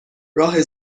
راه